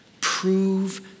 prove